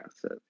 asset